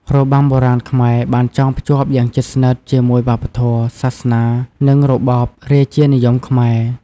របាំបុរាណខ្មែរបានចងភ្ជាប់យ៉ាងជិតស្និទ្ធជាមួយវប្បធម៌ សាសនា និងរបបរាជានិយមខ្មែរ។